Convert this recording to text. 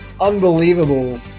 unbelievable